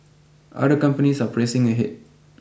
other companies are pressing ahead